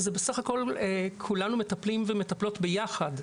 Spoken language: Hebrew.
סך הכל, כולנו מטפלים ומטפלות ביחד.